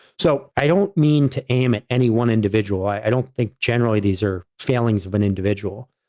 so, i don't mean to aim at any one individual. i don't think generally these are failings of an individual.